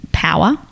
power